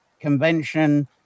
convention